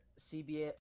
CBS